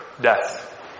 Death